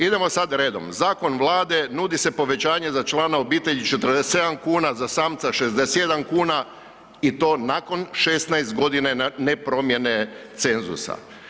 Idemo sad redom, zakon vlade nudi se za povećanje za člana obitelji 47 kuna, za samca 61 kuna i to nakon 16 godina ne promjene cenzusa.